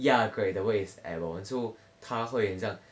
ya correct the word is airborne so 它会很像